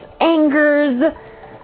angers